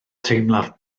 teimlaf